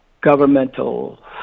governmental